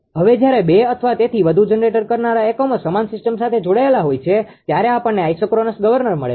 હવે જ્યારે બે અથવા તેથી વધુ જનરેટ કરનારા એકમો સમાન સિસ્ટમ સાથે જોડાયેલા હોય છે ત્યારે આપણને આઇસોક્રોનસ ગવર્નર મળે છે